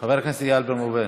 חבר הכנסת איל בן ראובן.